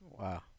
Wow